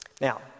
Now